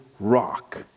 rock